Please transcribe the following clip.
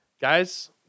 Guys